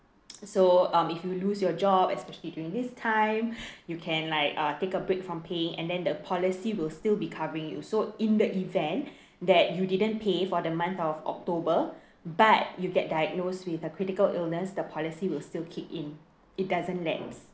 so um if you lose your job especially during this time you can like uh take a break from paying and then the policy will be covering you so in the event that you didn't pay for the month of october but you get diagnosed with a critical illness the policy will still kick in it doesn't lapse